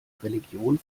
religion